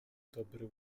dobry